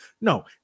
No